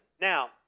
Now